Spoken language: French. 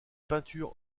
peinture